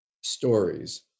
stories